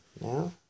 now